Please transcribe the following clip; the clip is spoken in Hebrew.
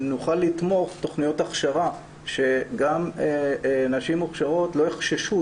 נוכל לתמוך תוכניות הכשרה שגם נשים מוכשרות לא יחששו.